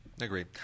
Agreed